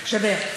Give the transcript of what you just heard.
תקשיבי.